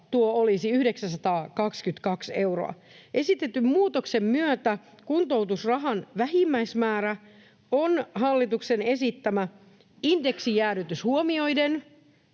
tuo olisi 922 euroa. Esitetyn muutoksen myötä kuntoutusrahan vähimmäismäärä olisi hallituksen esittämä indeksijäädytys huomioiden